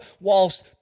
whilst